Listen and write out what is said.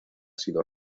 sido